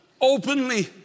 openly